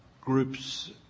groups